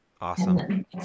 Awesome